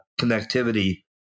connectivity